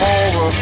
over